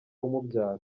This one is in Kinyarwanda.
umubyara